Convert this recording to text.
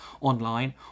online